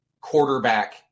quarterback